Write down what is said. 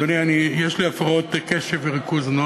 אדוני, יש לי הפרעות קשב וריכוז.